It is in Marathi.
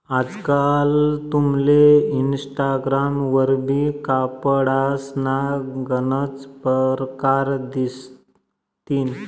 आजकाल तुमले इनस्टाग्राम वरबी कपडासना गनच परकार दिसतीन